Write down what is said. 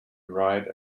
ride